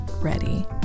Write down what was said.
ready